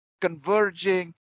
converging